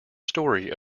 story